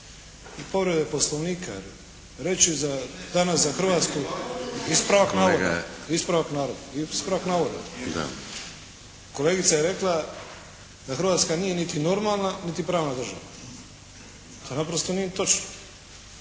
i povreda je Poslovnika, jer reći za nas… …/Upadica se ne čuje./… Ispravak navoda. Kolegica je rekla da Hrvatska nije niti normalna niti pravna država. Pa to naprosto nije točno.